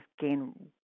gain